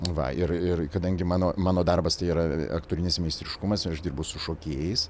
va ir ir kadangi mano mano darbas tai yra aktorinis meistriškumas ir aš dirbu su šokėjais